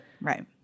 right